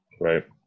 right